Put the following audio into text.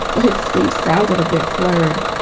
but his speech sounded a bit slurred.